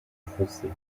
foncé